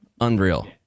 Unreal